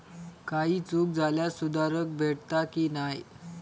काही चूक झाल्यास सुधारक भेटता की नाय?